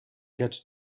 got